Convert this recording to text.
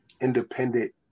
independent